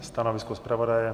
Stanovisko zpravodaje?